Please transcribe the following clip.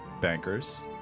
bankers